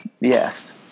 Yes